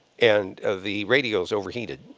and the radios overheated.